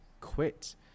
quit